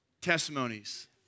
testimonies